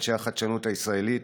אנשי החדשנות הישראלית,